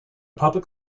public